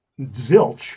zilch